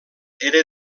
era